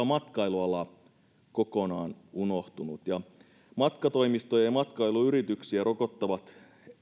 matkailuala on kokonaan unohtunut matkatoimistoja ja matkailuyrityksiä rokottavat